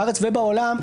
בארץ ובעולם,